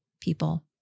people